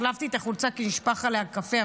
החלפתי את החולצה כי נשפך עליה קפה,